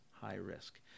high-risk